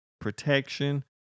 protection